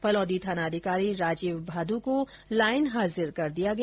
फलोदी थानाधिकारी राजीव भादू को लाइन हाजिर कर दिया गया